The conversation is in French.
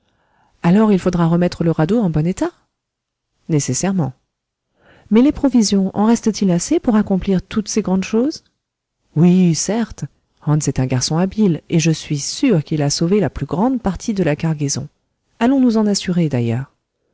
alors il faudra remettre le radeau en bon état nécessairement mais les provisions en reste-t-il assez pour accomplir toutes ces grandes choses oui certes hans est un garçon habile et je suis sûr qu'il a sauvé la plus grande partie de la cargaison allons nous en assurer d'ailleurs